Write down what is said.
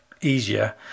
easier